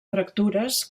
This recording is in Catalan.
fractures